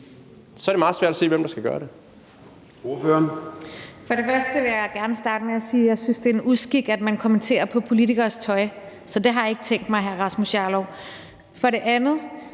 er det meget svært at se, hvem der skal gøre det.